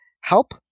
help